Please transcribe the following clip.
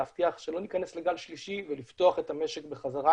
להבטיח שלא ניכנס לגל שלישי ולפתוח את המשק בחזרה,